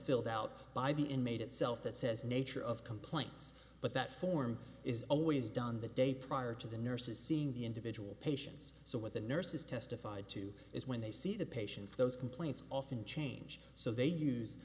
filled out by the inmate itself that says nature of complaints but that form is always done the day prior to the nurses seeing the individual patients so what the nurses testified to is when they see the patients those complaints often change so they use